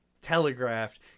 telegraphed